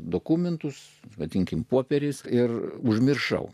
dokumentus vadinkime popierius ir užmiršau